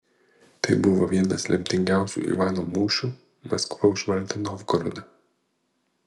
tai buvo vienas lemtingiausių ivano mūšių maskva užvaldė novgorodą